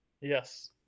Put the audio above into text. yes